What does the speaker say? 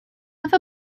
have